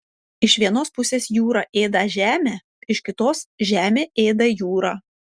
iš vienos pusės jūra ėda žemę iš kitos žemė ėda jūrą